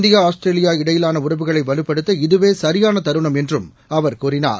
India Australia இடையிலான உறவுகளை வலுப்படுத்த இதவே சரியான தருணம் என்றும் அவர் கூறினார்